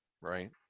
right